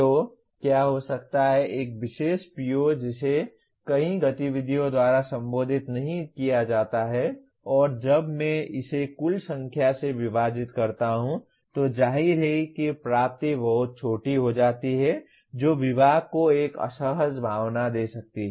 तो क्या हो सकता है एक विशेष PO जिसे कई गतिविधियों द्वारा संबोधित नहीं किया जाता है और जब मैं इसे कुल संख्या से विभाजित करता हूं तो जाहिर है कि प्राप्ति बहुत छोटी हो जाती है जो विभाग को एक असहज भावना दे सकती है